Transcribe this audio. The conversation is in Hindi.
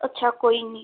अच्छा कोई नहीं